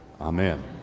amen